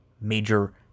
Major